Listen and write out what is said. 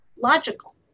logical